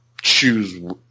choose